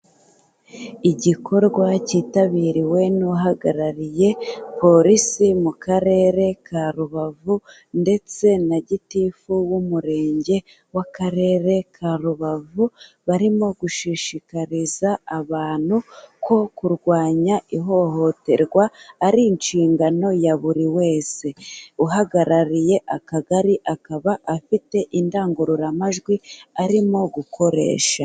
Igikorwa cyitabiriwe n'uhagarariye polisi mu karere ka Rubavu ndetse na Gitifu w'Umurenge w'Akarere ka Rubavu, barimo gushishikariza abantu ko kurwanya ihohoterwa ari inshingano ya buri wese, uhagarariye Akagari akaba afite indangururamajwi arimo gukoresha.